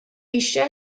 eisiau